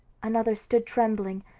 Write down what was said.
another stood trembling,